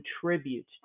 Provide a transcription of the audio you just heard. contribute